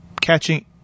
catching